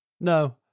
No